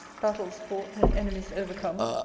battles fought, and enemies overcome,